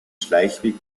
schleichweg